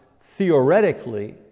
theoretically